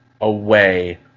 away